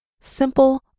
simple